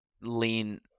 lean